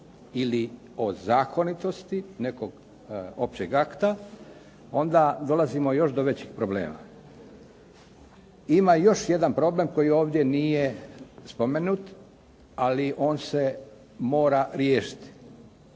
ili o zakonitosti nekog općeg akta, onda dolazimo još do većeg problema. Ima još jedan problem koji ovdje nije spomenut, ali on se mora riješiti.